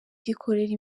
gikorera